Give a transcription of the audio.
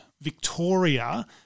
Victoria